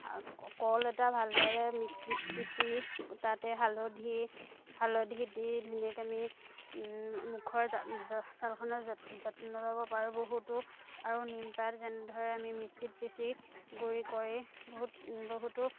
কল এটা ভালদৰে মিক্সিত পিচি তাতে হালধি হালধি দি ধুনীয়াকৈ আমি মুখৰ ছালখনৰ য যত্ন ল'ব পাৰোঁ বহুতো আৰু নিমপাত যেনেদৰে আমি মিক্সিত পিচি গুড়ি কৰি বহুত বহুতো